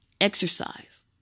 exercise